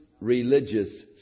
religious